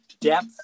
depth